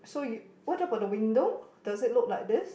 so you what about the window does it look like this